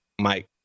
Mike